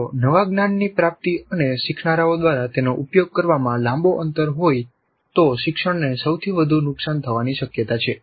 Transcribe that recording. જો નવા જ્ઞાનની પ્રાપ્તિ અને શીખનારાઓ દ્વારા તેનો ઉપયોગ કરવામાં લાંબો અંતર હોય તો શિક્ષણને સૌથી વધુ નુકસાન થવાની શક્યતા છે